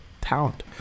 Talent